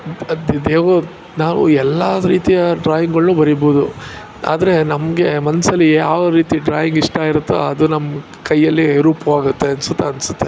ಅದು ದೇವ್ರು ನಾವು ಎಲ್ಲ ರೀತಿಯ ಡ್ರಾಯಿಂಗ್ಗಳನ್ನು ಬರಿಬೋದು ಆದರೆ ನಮಗೆ ಮನಸಲ್ಲಿ ಯಾವ ರೀತಿ ಡ್ರಾಯಿಂಗ್ ಇಷ್ಟ ಇರುತ್ತೋ ಅದು ನಮ್ಮ ಕೈಯಲ್ಲಿ ರೂಪವಾಗುತ್ತೆ ಅನಿಸುತ್ತೆ ಅನ್ಸುತ್ತೆ